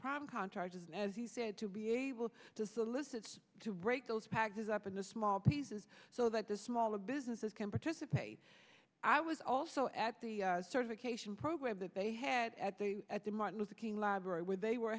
prime contractors as he said to be able to solicit to break those packages up into small pieces so that the smaller businesses can participate i was also at the certification program that they had at the at the martin luther king library where they were